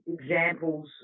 examples